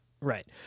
right